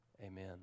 Amen